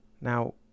Now